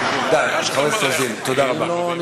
די, חברת הכנסת רוזין, תודה רבה.